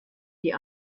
die